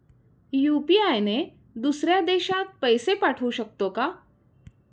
UPI ने दुसऱ्या देशात पैसे पाठवू शकतो का?